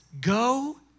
Go